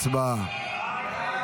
הצבעה.